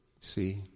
See